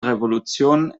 revolution